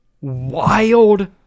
wild